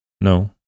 No